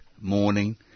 morning